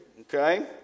okay